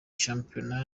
shampiyona